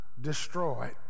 destroyed